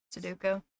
Sudoku